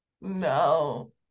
No